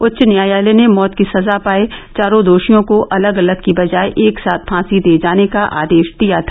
उच्च न्यायालय ने मौत की सजा पाये चारों दोषियों को अलग अलग के बजाय एक साथ फांसी दिए जाने का आदेश दिया था